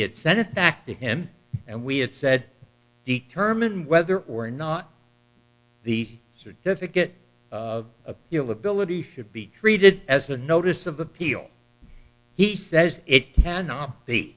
had sent it back to him and we had said determine whether or not the certificate of appeal ability should be treated as a notice of appeal he says it cannot be